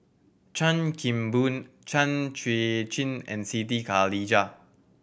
Chan Kim Boon Chan Chuan Jin and Siti Khalijah